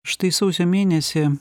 štai sausio mėnesį